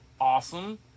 awesome